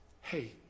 hey